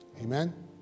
Amen